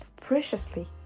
preciously